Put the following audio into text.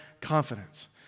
confidence